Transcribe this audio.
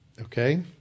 okay